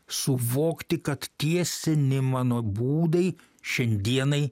suvokti kad tie seni mano būdai šiandienai